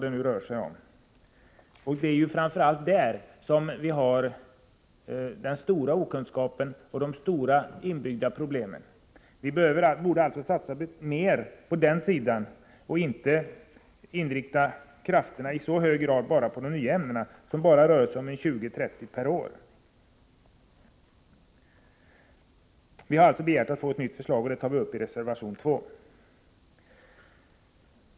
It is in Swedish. Det är framför allt när det gäller dessasc .vihar en stor okunskap och allvarliga inbyggda problem. Vi borde alltså satsa mer på denna sida och inte i så hög grad inrikta krafterna bara på de nya ämnena, som uppgår till 20-30 per år. Vi har alltså, i reservation 2, begärt att få ett nytt förslag.